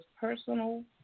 personal